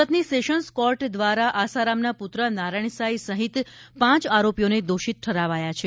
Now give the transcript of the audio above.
સુરતની sessions court દ્વારા આસારામના પુત્ર નારાયણ સાંઈ સહિત પાંચ આરોપીને દોષિત ઠરાવાયા છે